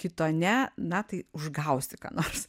kito ne na tai užgausi ką nors